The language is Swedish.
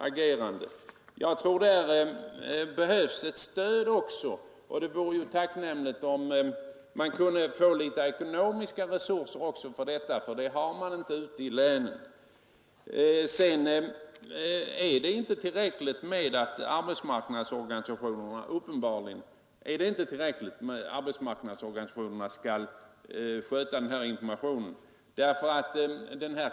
Denna verksamhet behöver understödjas, och det vore tacknämligt om det kunde anslås ekonomiska resurser till den, eftersom sådana saknas ute i länen. Vidare är det uppenbarligen inte tillräckligt att arbetsmarknadsorganisationerna sköter denna informationsverksamhet.